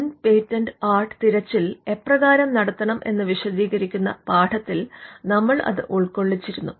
മുൻ patent art തിരച്ചിൽ എപ്രകാരം നടത്തണം എന്ന് വിശദീകരിക്കുന്ന പാഠത്തിൽ നമ്മൾ അത് ഉൾകൊള്ളിച്ചിരിന്നു